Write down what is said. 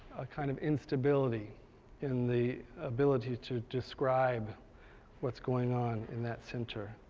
kind of instability in the ability to describe what's going on in that center.